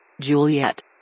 Juliet